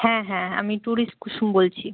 হ্যাঁ হ্যাঁ আমি টুরিস্ট কুসুম বলছি